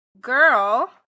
Girl